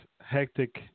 hectic